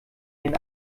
den